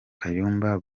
kayumba